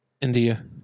India